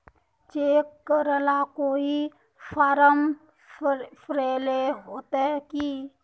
Cheque करेला कोई form भरेले होते की?